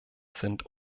sind